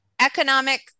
economic